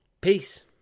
peace